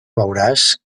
veuràs